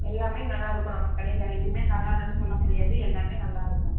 எல்லாமே நல்லாயிருக்கும் நம்ம கடையில் எதுவுமே நல்லா இல்லைன்னு சொல்ல முடியாது எல்லாமே நல்லாயிருக்கும்